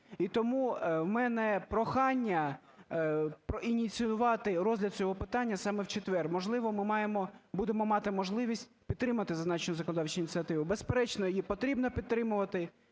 І тому в мене прохання ініціювати розгляд цього питання саме в четвер. Можливо, ми маємо, будемо мати можливість підтримати зазначену законодавчу ініціативу. Безперечно, її потрібно підтримувати.